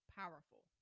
powerful